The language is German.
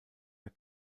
der